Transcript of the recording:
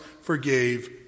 forgave